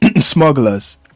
smugglers